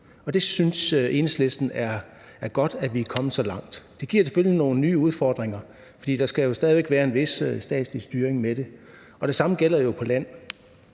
synes, det er godt, at vi er kommet så langt. Det giver selvfølgelig nogle nye udfordringer, fordi der stadig væk skal være en vis statslig styring af det, og det samme gælder jo på land.